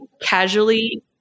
casually